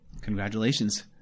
congratulations